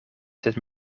sed